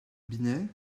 binet